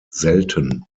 selten